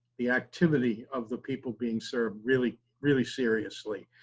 the activity of the people being served really really seriously,